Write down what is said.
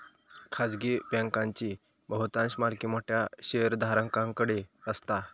खाजगी बँकांची बहुतांश मालकी मोठ्या शेयरधारकांकडे असता